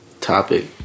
topic